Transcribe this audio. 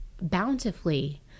bountifully